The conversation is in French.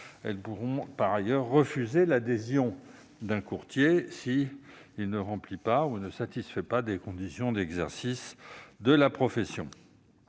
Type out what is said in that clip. Elles pourront par ailleurs refuser l'adhésion d'un courtier s'il ne satisfait pas aux conditions d'exercice de la profession.